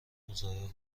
مصاحبه